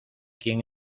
quién